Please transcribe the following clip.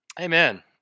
Amen